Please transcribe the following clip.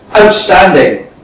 outstanding